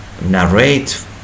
narrate